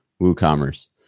WooCommerce